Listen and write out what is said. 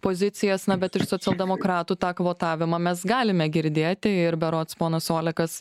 pozicijas na bet iš socialdemokratų tą kvotavimą mes galime girdėti ir berods ponas olekas